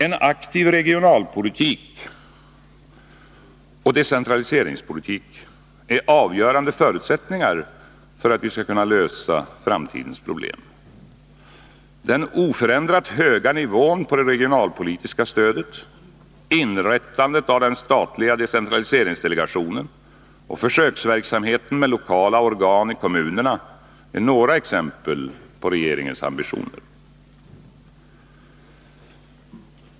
En aktiv regionalpolitik och decentraliseringspolitik är avgörande förutsättningar för att vi skall kunna lösa framtidens problem. Den oförändrat höga nivån på det regionalpolitiska stödet, inrättandet av den statliga decentraliseringsdelegationen och försöksverksamheten med lokala organ i kommunerna är några exempel på regeringens ambitioner.